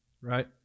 right